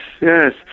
yes